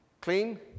Clean